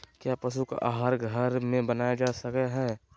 क्या पशु का आहार घर में बनाया जा सकय हैय?